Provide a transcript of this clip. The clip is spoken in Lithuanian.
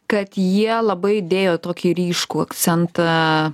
kad jie labai dėjo tokį ryškų akcentą